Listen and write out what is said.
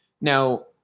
now